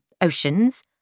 oceans